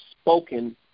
spoken